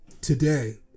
today